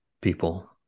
people